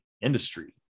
industry